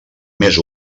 més